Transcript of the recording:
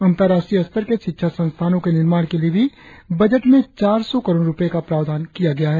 अंतराष्ट्रीय स्तर के शिक्षा संस्थानो के निर्माण के लिए भी बजट में चार सौ करोड़ रुपये का प्रावधान किया गया है